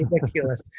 ridiculous